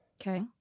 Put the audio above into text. Okay